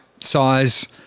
size